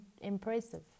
impressive